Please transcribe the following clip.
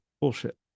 bullshit